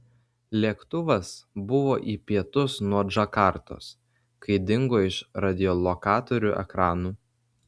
lėktuvas buvo į pietus nuo džakartos kai dingo iš radiolokatorių ekranų